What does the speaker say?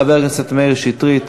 חבר הכנסת מאיר שטרית,